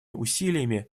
усилиями